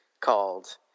called